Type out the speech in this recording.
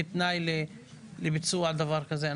כתנאי לביצוע דבר כזה.